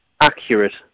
accurate